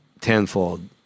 tenfold